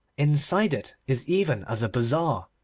inside it is even as a bazaar.